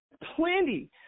plenty